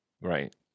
Right